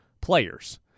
players